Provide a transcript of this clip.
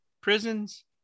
prisons